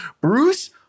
Bruce